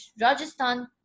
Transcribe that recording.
Rajasthan